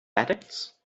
addicts